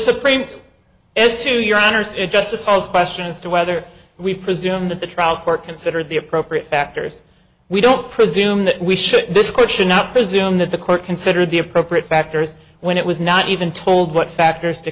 supreme as to your honors justice holds question as to whether we presume that the trial court considered the appropriate factors we don't presume that we should this court should not presume that the court considered the appropriate factors when it was not even told what factors to